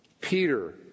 Peter